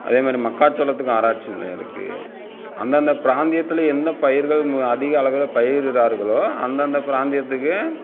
அதே மாதிரி மக்கா சோளத்துக்கும் ஆராய்ச்சி நிலையம் இருக்குது அந்தந்த பிராந்தியத்தில் என்ன பயிர்கள் அதிக அளவில் பயிரிடுடார்களோ அந்தந்த பிராந்தியத்துக்கு